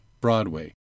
Broadway